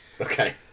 okay